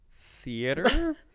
theater